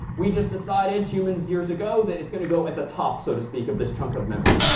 we just decided, humans, years ago that it's going to go at the top, so to speak, of this chunk of memory.